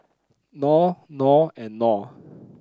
Knorr Knorr and Knorr